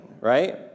right